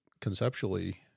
conceptually